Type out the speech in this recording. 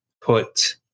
put